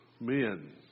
men